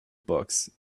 books